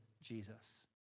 Jesus